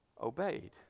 obeyed